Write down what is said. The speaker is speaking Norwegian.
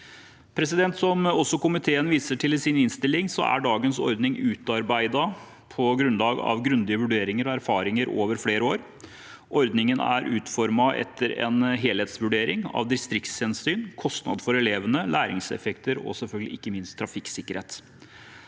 Som også komiteen viser til i sin innstilling, er dagens ordning utarbeidet på grunnlag av grundige vurderinger og erfaringer over flere år. Ordningen er utformet etter en helhetsvurdering av distriktshensyn, kostnader for elevene, læringseffekt og ikke minst trafikksikkerhet.